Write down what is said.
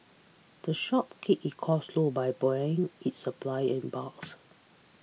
the shop keeps its costs low by buying its supplies in bulks